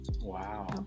Wow